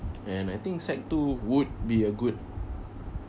and I think sec two would be a good